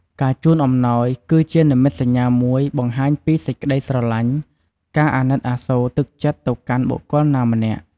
ការជូនអំណោយគឺជានិមិត្តសញ្ញាមួយបង្ហាញពីសេចក្ដីស្រឡាញ់ ការអាណិតអាសូរ ទឹកចិត្តទៅកាន់បុគ្គលណាម្នាក់។